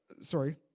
sorry